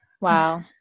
wow